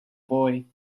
boy